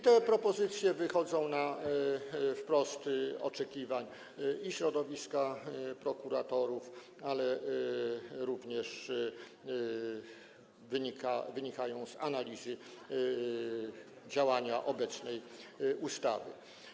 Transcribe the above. Te propozycje wychodzą naprzeciw oczekiwaniom środowiska prokuratorów, ale również wynikają z analizy działania obecnej ustawy.